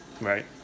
Right